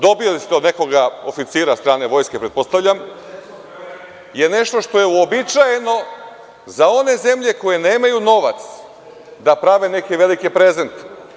Dobili ste od nekog oficira strane vojske, pretpostavljam i to je nešto što je uobičajeno za one zemlje koje nemaju novac da prave neke velike prezente.